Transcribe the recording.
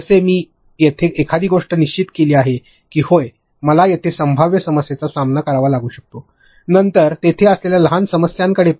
जसे की मी येथे एखादी गोष्ट निश्चित केली आहे की होय मला येथे संभाव्य समस्येचा सामना करावा लागू शकतो नंतर तिथे असलेल्या लहान समस्यांकडे जा